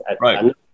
right